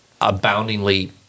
aboundingly